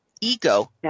ego